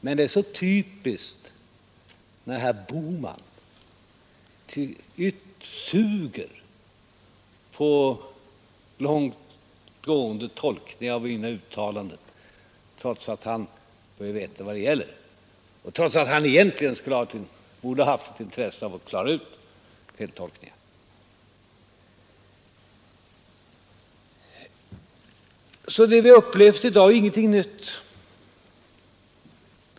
Men det är så typiskt när herr Bohman suger på långtgående tolkningar av mina uttalanden, trots att han bör veta vad de gäller och trots att han egentligen borde ha haft ett intresse av att klara ut feltolkningar. Det vi har upplevt i dag är alltså ingenting nytt.